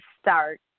start